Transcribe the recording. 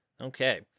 Okay